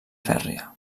fèrria